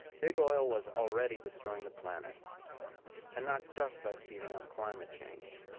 big oil was already destroying the planet and not just by speeding up climate change.